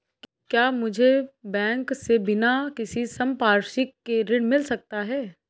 क्या मुझे बैंक से बिना किसी संपार्श्विक के ऋण मिल सकता है?